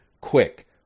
quick